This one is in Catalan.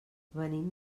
venim